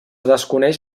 desconeix